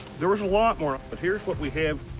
there was a lot more, but here's what we have,